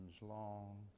long